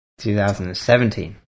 2017